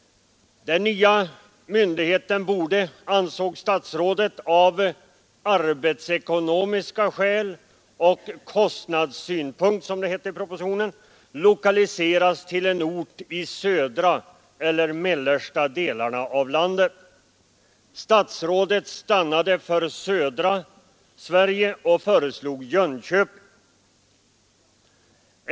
Den nya myndigheten borde, ansåg statsrådet, av ”arbetsekonomiska skäl och kostnadssynpunkt” lokaliseras till en ort i södra eller mellersta delen av landet. Statsrådet stannade för södra Sverige och föreslog Jönköping.